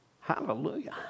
Hallelujah